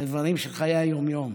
את הדברים של חיי היום-יום,